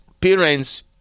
parents